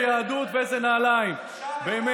אתם ממציאים ומעלילים ומכפישים.